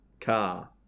car